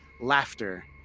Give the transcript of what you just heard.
laughter